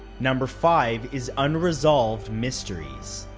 number five is unresolved mysteries.